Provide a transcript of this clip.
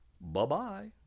Bye-bye